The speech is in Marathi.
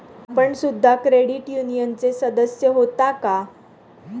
आपण सुद्धा क्रेडिट युनियनचे सदस्य होता का?